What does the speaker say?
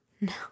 No